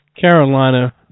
Carolina